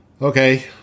Okay